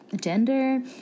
gender